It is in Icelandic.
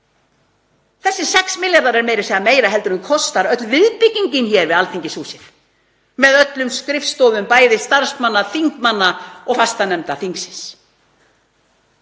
Þessir 6 milljarðar eru meira að segja meira en öll viðbyggingin hér við Alþingishúsið kostar með öllum skrifstofum, bæði starfsmanna, þingmanna og fastanefnda þingsins.